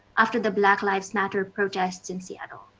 after the black lives matter protests in seattle.